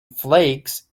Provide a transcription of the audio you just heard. flakes